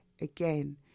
again